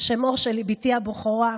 שמור שלי, בתי הבכורה,